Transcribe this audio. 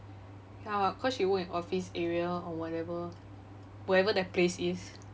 ya cause she work in office area or whatever wherever that place is